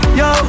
yo